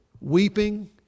weeping